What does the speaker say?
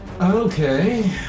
Okay